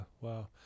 wow